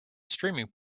streaming